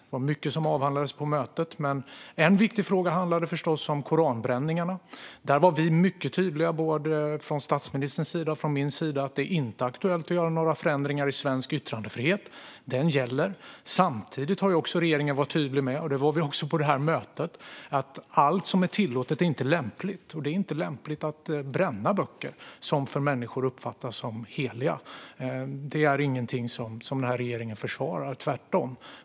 Det var mycket som avhandlades på mötet, men en viktig fråga var förstås koranbränningarna. Både från statsministerns och min sida var vi mycket tydliga med att det inte är aktuellt att göra några förändringar av svensk yttrandefrihet; den gäller. Samtidigt har regeringen också varit, och var även på det här mötet, tydlig med att allt som är tillåtet inte är lämpligt. Det är inte lämpligt att bränna böcker som människor uppfattar som heliga. Det är inget den här regeringen försvarar, tvärtom.